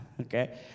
Okay